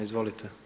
Izvolite.